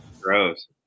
Gross